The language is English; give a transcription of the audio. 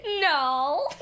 No